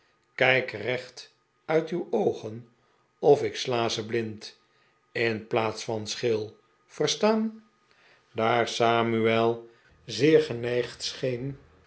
kijk recht uit uw oogen of ik sla ze blind in plaats van scheel verstaan daar samuel zeer geneigd scheen